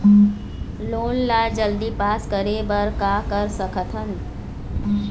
Loan ला जल्दी pass करे बर का कर सकथन?